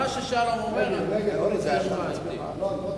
ההצעה שלא לכלול את הנושא בסדר-היום של הכנסת נתקבלה.